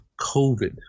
COVID